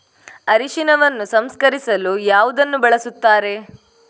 ಅರಿಶಿನವನ್ನು ಸಂಸ್ಕರಿಸಲು ಯಾವುದನ್ನು ಬಳಸುತ್ತಾರೆ?